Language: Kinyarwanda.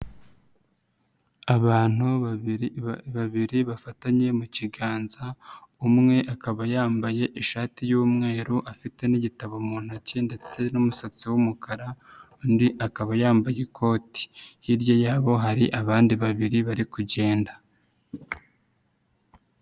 Abantu babiri babiri bafatanye mu kiganza umwe akaba yambaye ishati y'umweru afite n'igitabo mu ntoki ndetse n'umusatsi w'umukara undi akaba yambaye ikoti, hirya yabo hari abandi babiri bari kugenda.